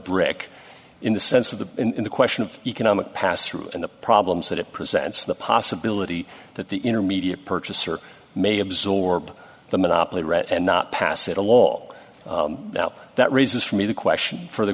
brick in the sense of the in the question of economic passthrough and the problems that it presents the possibility that the intermediate purchaser may absorb the monopoly read and not pass it a law that raises for me the question for the